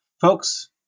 Folks